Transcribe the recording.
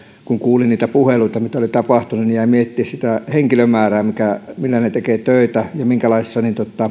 kun kuulin niitä puheluita siitä mitä oli tapahtunut niin jäin miettimään sitä henkilömäärää millä he tekevät töitä ja sitä minkälaisessa